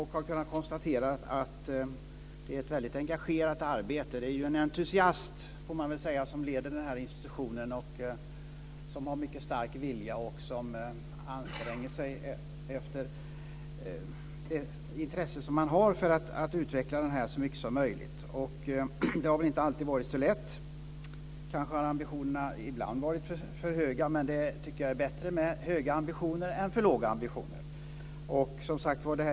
Jag har kunnat konstatera att det är fråga om ett engagerat arbete. Det är en entusiast med en stark vilja som leder institutionen, och han anstränger sig med det intresse han har för att utveckla institutionen så mycket som möjligt. Det har väl inte alltid varit så lätt. Kanske har ambitionerna ibland varit för höga. Men jag tycker att det är bättre med för höga ambitioner än för låga ambitioner.